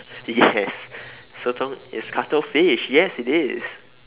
yes sotong is cuttlefish yes it is